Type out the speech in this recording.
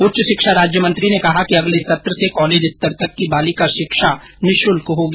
उच्च शिक्षा मंत्री ने कहा कि अगले सत्र से कॉलेज स्तर तक की बालिका शिक्षा निःशुल्क होगी